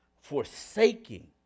forsaking